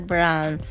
Brown